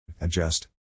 adjust